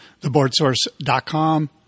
theboardsource.com